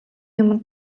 юманд